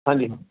ਹਾਂਜੀ ਹਾਂ